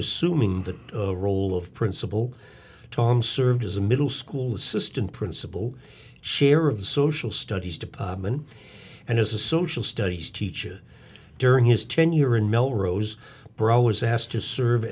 assuming that role of principal tom served as a middle school assistant principal share of the social studies department and as a social studies teacher during his tenure in melrose bro was asked to serve